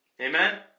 Amen